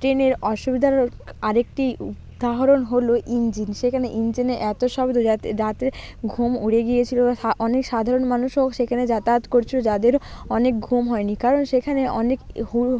ট্রেনের অসুবিধার আর একটি উদাহরণ হলো ইঞ্জিন সেখানে ইঞ্জিনের এত শব্দ যাতে রাতে ঘুম উড়ে গিয়েছিলো সা অনেক সাধারণ মানুষও সেখানে যাতায়াত করছিলো যাদের অনেক ঘুম হয় নি কারণ সেখানে অনেক